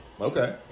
Okay